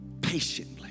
patiently